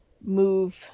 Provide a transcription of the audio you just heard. move